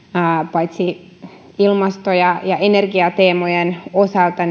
paitsi ilmasto ja ja energiateemojen osalta